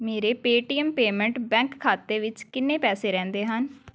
ਮੇਰੇ Paytm payment bank ਖਾਤੇ ਵਿੱਚ ਕਿੰਨੇ ਪੈਸੇ ਰਹਿੰਦੇ ਹਨ